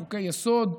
חוקי-יסוד.